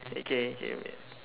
okay okay okay